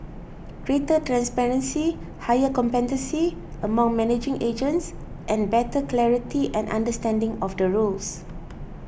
greater transparency higher competency among managing agents and better clarity and understanding of the rules